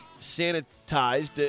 sanitized